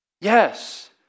Yes